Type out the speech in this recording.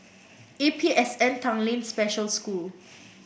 A P S N Tanglin Special School